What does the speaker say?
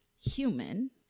human